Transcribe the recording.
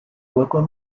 local